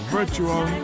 Virtual